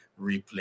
replay